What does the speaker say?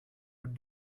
but